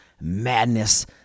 madness